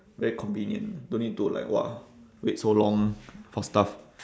very convenient don't need to like !wah! wait so long for stuff